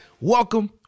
welcome